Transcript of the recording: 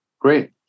Great